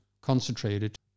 concentrated